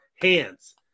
hands